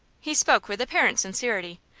he spoke with apparent sincerity,